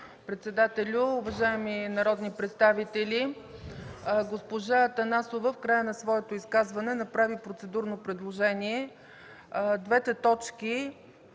председателю, уважаеми народни представители! Госпожа Атанасова в края на своето изказване направи процедурно предложение – двете точки